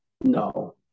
No